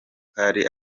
kari